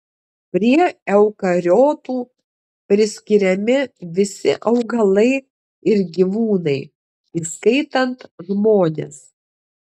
prie eukariotų priskiriami visi augalai ir gyvūnai įskaitant žmones